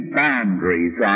boundaries